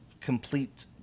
complete